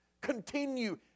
continue